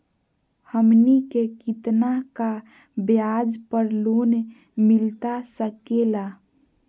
हमनी के कितना का ब्याज पर लोन मिलता सकेला?